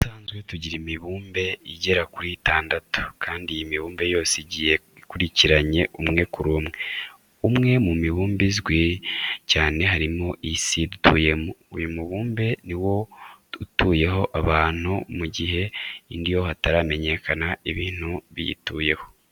Mu busanzwe tugira imibumbe igera kuri itandatu kandi iyi mibumbe yose igiye ikurikiranye umwe kuri umwe. Umwe mu mibumbe uzwi cyane harimo iyi si dutuyemo. Uyu mubumbe ni wo utuyeho abantu mu gihe indi yo hataramenyekana ibintu biyituyeho.